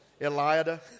Eliada